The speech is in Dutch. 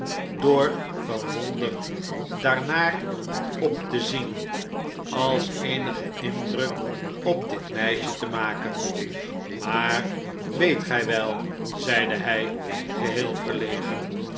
door verwonderd daarnaar op te zien als eenigen indruk op dit meisje te maken maar weet gij wel zeide hij geheel verlegen